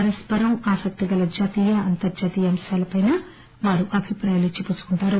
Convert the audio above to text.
పరస్పరం ఆసక్తి గల జాతీయ అంతర్జాతీయ అంశాలపై వారు అభిప్రాయాలు ణచ్చిపుచ్చుకుంటారు